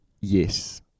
Yes